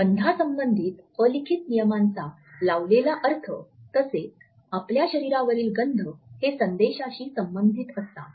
गंधासंबंधित अलिखित नियमांचा लावलेला अर्थ तसेच आपल्या शरीरावरील गंध हे संदेशाशी संबंधित असतात